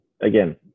again